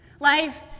Life